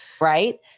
right